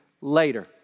later